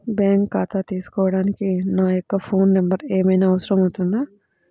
Bank ఖాతా తీసుకోవడానికి నా యొక్క ఫోన్ నెంబర్ ఏమైనా అవసరం అవుతుందా?